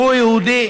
הוא יהודי